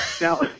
Now